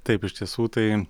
taip iš tiesų tai